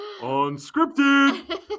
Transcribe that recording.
unscripted